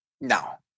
No